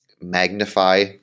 magnify